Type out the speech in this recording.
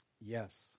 Yes